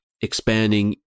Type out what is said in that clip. expanding